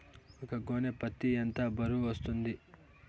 ఒక గోనె పత్తి ఎంత బరువు వస్తుంది?